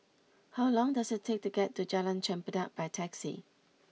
how long does it take to get to Jalan Chempedak by taxi